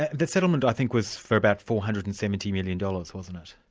the settlement i think was for about four hundred and seventy million dollars wasn't it?